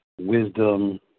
wisdom